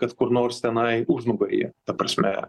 kad kur nors tenai užnugaryje ta prasme